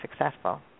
successful